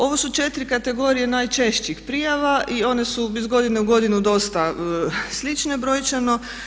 Ovo su 4 kategorije najčešćih prijava i one su iz godine u godinu dosta slične brojčano.